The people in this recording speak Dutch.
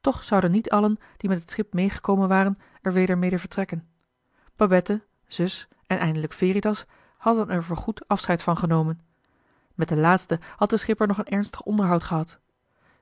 toch zouden niet allen die met het schip meegekomen waren er weder mede vertrekken babette zus en eindelijk veritas hadden er voor goed afscheid van genomen met den laatste had de schipper nog een ernstig onderhoud gehad